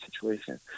situation